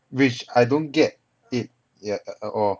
which I don't get it yet at at all